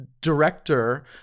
director